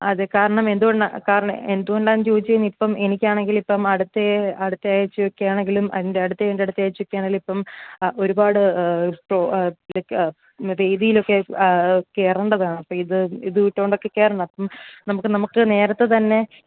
അതെ കാരണം എന്തുകൊണ്ടാണ് കാരണം എന്തുകൊണ്ടാണെന്ന് ചോദിച്ചുകഴിഞ്ഞാൽ ഇപ്പം എനിക്കാണെങ്കിൽ ഇപ്പം അടുത്ത അടുത്ത ആഴ്ചയൊക്കെ ആണെങ്കിലും അതിൻ്റെ അടുത്തതിൻ്റെ അടുത്ത ആഴ്ചയൊക്കെ ആണെങ്കിലും ഇപ്പം ഒരുപാട് പ്രോ ഇതൊക്കെ വേദിയിലൊക്കെ കയറേണ്ടതാണ് അപ്പം ഇത് ഇതും ഇട്ടുകൊണ്ടൊക്കെ കയറണം അപ്പം നമുക്ക് നമുക്ക് നേരത്തെ തന്നെ